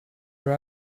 her